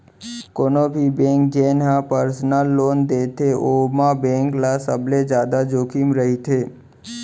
कोनो भी बेंक जेन ह परसनल लोन देथे ओमा बेंक ल सबले जादा जोखिम रहिथे